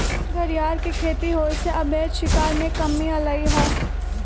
घरियार के खेती होयसे अवैध शिकार में कम्मि अलइ ह